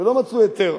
ולא מצאו היתר,